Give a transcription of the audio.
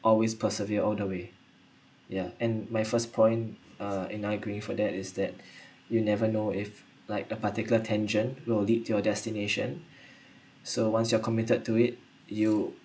always persevere all the way ya and my first point uh an arguing for that is that you never know if like a particular tangent will lead to your destination so once you are committed to it you